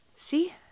See